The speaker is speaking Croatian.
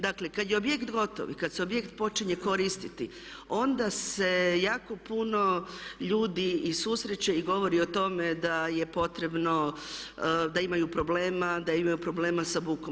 Dakle, kad je objekt gotov i kad se objekt počinje koristiti onda se jako puno ljudi i susreće i govori o tome da je potrebno, da imaju problema, da imaju problema sa bukom.